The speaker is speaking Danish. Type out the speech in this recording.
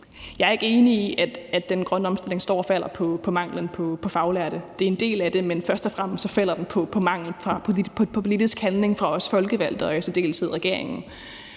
Jeg er ikke enig i, at den grønne omstilling står og falder med manglen på faglærte. Det er en del af det, men først og fremmest falder den på mangel på politisk handling fra os folkevalgte og i særdeleshed regeringen.